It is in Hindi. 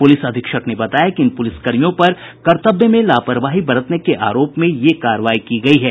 पुलिस अधीक्षक ने बताया कि इन पुलिसकर्मियों पर कर्तव्य में लापरवाही बरतने के आरोप में यह कार्रवाई की गयी है